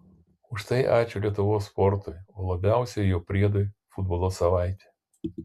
už tai ačiū lietuvos sportui o labiausiai jo priedui futbolo savaitė